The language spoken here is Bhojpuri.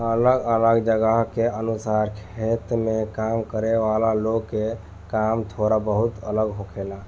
अलग अलग जगह के अनुसार खेत में काम करे वाला लोग के काम थोड़ा बहुत अलग होखेला